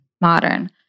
modern